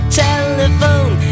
telephone